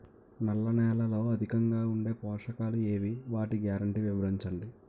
నల్ల నేలలో అధికంగా ఉండే పోషకాలు ఏవి? వాటి గ్యారంటీ వివరించండి?